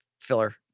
Filler